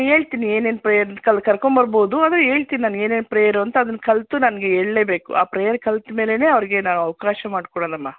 ಹೇಳ್ತೀನಿ ಏನೇನು ಪೆಯರ್ ಕರ್ಕೋಂ ಬರಬೋದು ಆದರೆ ಹೇಳ್ತೀನಿ ನಾ ಏನೇನು ಪ್ರೇಯರು ಅಂತ ಅದನ್ನು ಕಲಿತು ನಂಗೇಳ್ಲೇಬೇಕು ಆ ಪ್ರೇಯರ್ ಕಲ್ತ ಮೇಲೇ ಅವ್ರಿಗೆ ನಾವು ಅವಕಾಶ ಮಾಡ್ಕೊಡೋಣಮ್ಮ